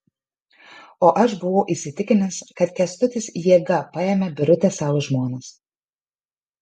o aš buvau įsitikinęs kad kęstutis jėga paėmė birutę sau į žmonas